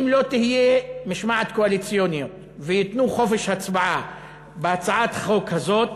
אם לא תהיה משמעת קואליציונית וייתנו חופש הצבעה בהצעת החוק הזאת,